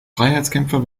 freiheitskämpfer